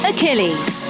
Achilles